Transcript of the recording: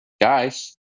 guys